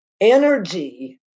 energy